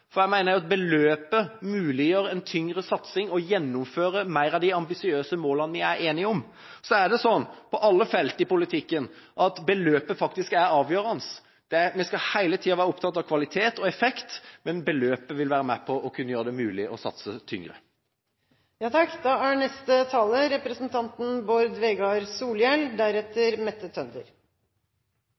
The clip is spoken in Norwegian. tyngre satsing for å gjennomføre flere av de ambisiøse målene vi er enige om. Så er det sånn på alle felt i politikken at beløpet faktisk er avgjørende. Vi skal hele tida være opptatt av kvalitet og effekt, men beløpet vil være med på å kunne gjøre det mulig å satse tyngre.